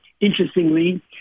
Interestingly